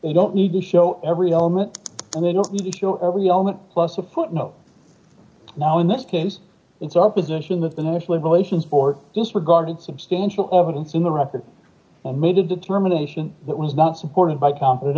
they don't need to show every element and they don't need to show every element plus a footnote now in this case it's our position that the national evolutions or disregarded substantial evidence in the record made a determination that was not supported by competent